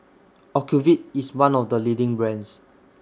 Ocuvite IS one of The leading brands